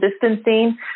distancing